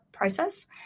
Process